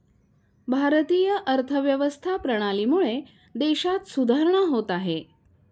भारतीय अर्थव्यवस्था प्रणालीमुळे देशात सुधारणा होत आहे